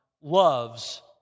loves